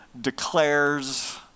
declares